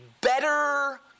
better